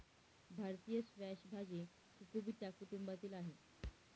भारतीय स्क्वॅश भाजी कुकुबिटा कुटुंबातील आहे